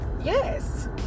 Yes